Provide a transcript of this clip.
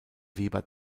weber